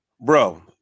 Bro